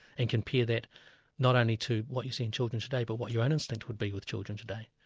and compare that not only to what you see in children today, but what your own instinct would be with children today.